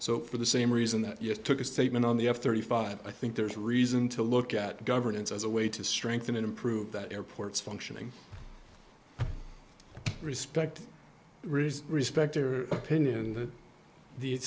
so for the same reason that you just took a statement on the f thirty five i think there's reason to look at governance as a way to strengthen and improve that airports functioning respect really respect their opinion th